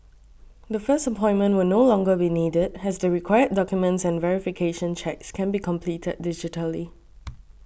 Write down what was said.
the first appointment will no longer be needed as the required documents and verification checks can be completed digitally